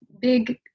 big